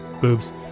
boobs